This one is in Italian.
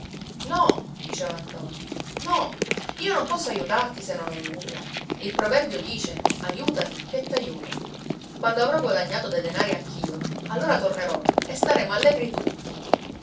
no diceva ntoni no io non posso aiutarti se non ho nulla il proverbio dice aiutati che t'aiuto quando avrò guadagnato dei denari anch'io allora tornerò e staremo allegri tutti